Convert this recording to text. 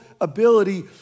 ability